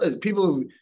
people